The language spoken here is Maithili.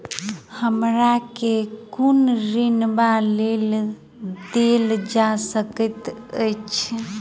हमरा केँ कुन ऋण वा लोन देल जा सकैत अछि?